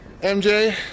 MJ